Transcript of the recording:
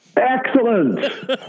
Excellent